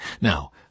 Now